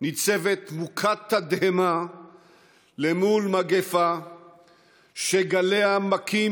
ניצבת מוכת תדהמה מול מגפה שגליה מכים